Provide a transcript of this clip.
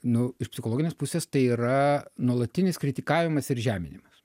nu iš psichologinės pusės tai yra nuolatinis kritikavimas ir žeminimas